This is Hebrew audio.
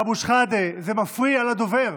אבו שחאדה, זה מפריע לדובר.